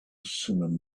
simum